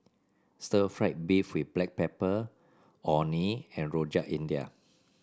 stir fry beef with Black Pepper Orh Nee and Rojak India